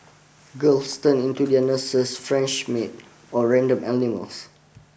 girls turn into their nurses French maid or random animals